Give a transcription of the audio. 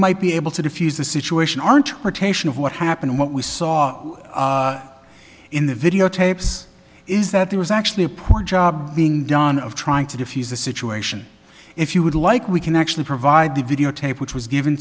might be able to diffuse the situation aren't partake of what happened what we saw in the video tapes is that there was actually a poor job being done of trying to defuse the situation if you would like we can actually provide the videotape which was given